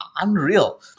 unreal